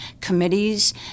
committees